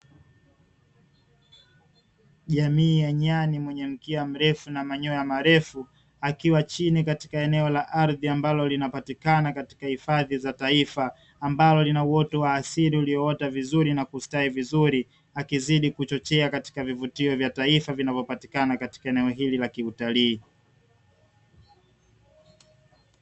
Jamii ya nyani mwenye mkia mrefu na manyoya marefu akiwa chini katika eneo la ardhi ambalo linapatikana katika hifadhi za taifa ambalo lina uwezo wa asili ulioota vizuri na kustawi vizuri akizidi kuchochea katika vivutio vya taifa vinavyopatikana katika eneo hili la kiutalii